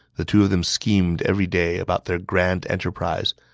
the two of them schemed every day about their grand enterprise.